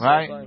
Right